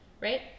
right